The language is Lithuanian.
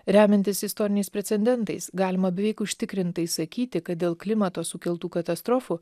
remiantis istoriniais precedentais galima beveik užtikrintai sakyti kad dėl klimato sukeltų katastrofų